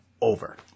over